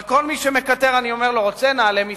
אבל כל מי שמקטר, אני אומר לו: רוצה, נעלה מסים.